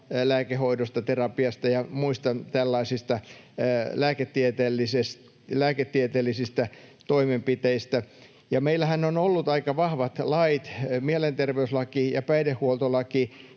lääkehoidosta, terapiasta ja muista tällaisista lääketieteellisistä toimenpiteistä. Meillähän on ollut aika vahvat lait, mielenterveyslaki ja päihdehuoltolaki,